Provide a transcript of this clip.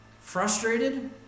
Frustrated